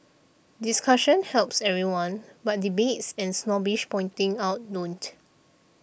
discussion helps everyone but debates and snobbish pointing out don't